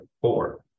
four